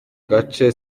gace